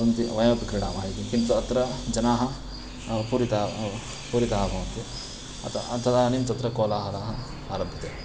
वदन्ति वयमपि क्रीडामः इति किन्तु अत्र जनाः पूरिताः पूरिताः भवन्ति अत तदानीं तत्र कोलाहलः आरभ्यते